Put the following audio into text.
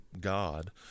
god